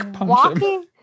walking